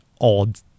odd